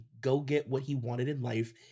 go-get-what-he-wanted-in-life